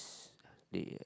they